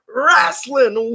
wrestling